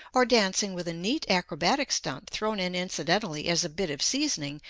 or dancing with a neat acrobatic stunt thrown in incidentally as a bit of seasoning,